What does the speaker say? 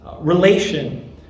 relation